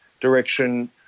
direction